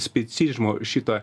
spicižmo šitą